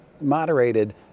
moderated